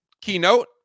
keynote